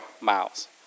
miles